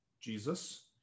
Jesus